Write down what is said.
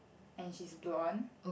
and she's blonde